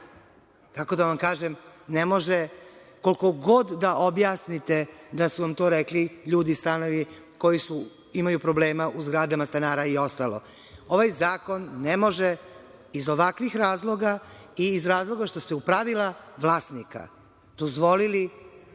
Kako da vam kažem, ne može koliko god da objasnite da su vam to rekli ljudi koji imaju problema u zgradama i ostalo. Ovaj zakon ne može iz ovakvih razloga i iz razloga što su pravila vlasnika dozvolili